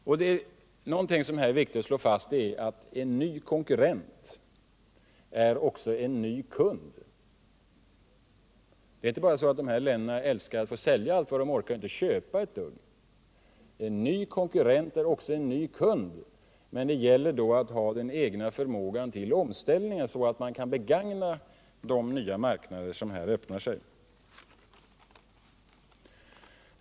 Och någonting som då är viktigt att slå fast är att en konkurrent också är en ny kund. Det är inte bara så att alla andra länder älskar att få sälja allt vad de kan men inte köpa ett dugg. Nej, en ny konkurrent är som sagt också en ny kund. Men det gäller då att ha en egen förmåga till omställning, så att man kan begagna de nya marknader som här öppnar sig.